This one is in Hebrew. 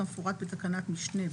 כמפורט בתקנת משנה (ב)(4)